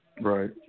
Right